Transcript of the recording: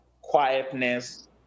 Quietness